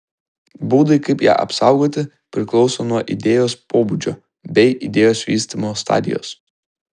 būdai kaip ją apsaugoti priklauso nuo idėjos pobūdžio bei idėjos vystymo stadijos